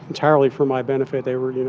entirely for my benefit. they were, you